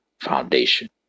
foundation